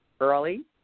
early